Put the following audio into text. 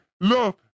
love